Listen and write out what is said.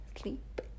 sleep